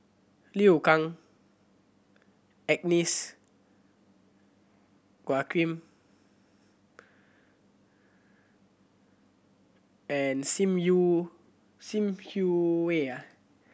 Liu Kang Agnes and Sim Hui